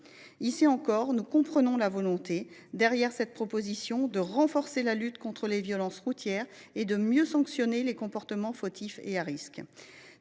Ici encore, nous comprenons la volonté de renforcer la lutte contre les violences routières et de mieux sanctionner les comportements fautifs et à risque.